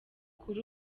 kuri